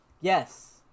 Yes